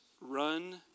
run